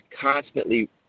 constantly